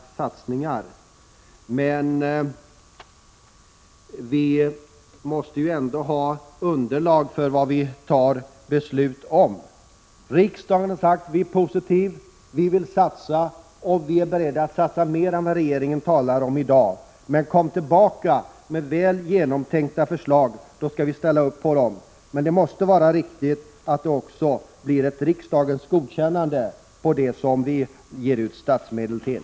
1986/87:128 satsningar, men vi måste ha underlag för vad vi fattar beslut om. Riksdagen — 21 maj 1987 är positiv och vill satsa. Riksdagen är beredd att satsa mer än vad regeringen talar om i dag. Kom tillbaka med väl genomtänkta förslag! Då skall vi ställa upp på dem. Det måste vara riktigt att det också blir ett riksdagens godkännande av det som vi ger ut statsmedel till.